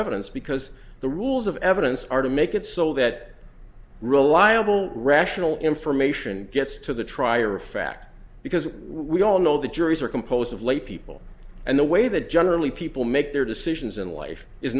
evidence because the rules of evidence are to make it so that reliable rational information gets to the trier of fact because we all know the juries are composed of lay people and the way that generally people make their decisions in life is